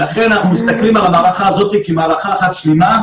ולכן אנחנו מסתכלים על המערכה הזאת כמערכה אחת שלמה,